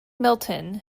milton